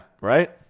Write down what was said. Right